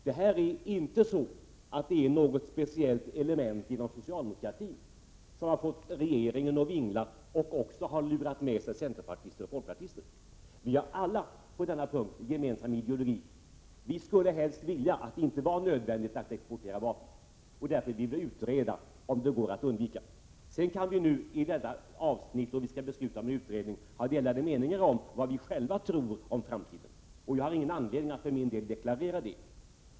Det här är inte något speciellt element inom socialdemokratin som har fått regeringen att vingla och även lurat med sig centerpartiet och folkpartiet. Vi har på den punkten en gemensam ideologi. Vi skulle helst vilja att det inte var nödvändigt att exportera vapen. Därför vill vi utreda om det går att undvika. Sedan kan vi nu i detta avsnitt, där vi skall besluta om en utredning, ha delade meningar om vad vi själva tror om framtiden. Jag har ingen anledning att deklarera det.